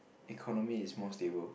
economy is more stable